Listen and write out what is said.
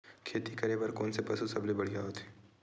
खेती करे बर कोन से पशु सबले बढ़िया होथे?